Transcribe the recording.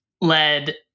led